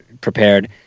prepared